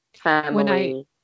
family